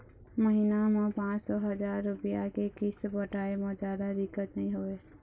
महिना म पाँच सौ, हजार रूपिया के किस्त पटाए म जादा दिक्कत नइ होवय